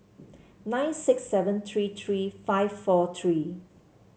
nine six seven three three five four three